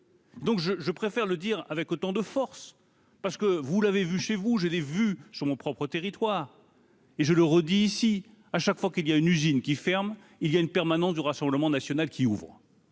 Donc je je préfère le dire avec autant de force parce que vous l'avez vu, chez vous, je l'ai vu sur mon propre territoire et je le redis ici à chaque fois qu'il y a une usine qui ferme, il y a une permanence du Rassemblement national qui ouvrent.